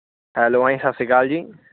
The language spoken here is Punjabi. ਹੈਲੋਂ ਹਾਂਜੀ ਸਤਿ ਸ਼੍ਰੀ ਅਕਾਲ ਜੀ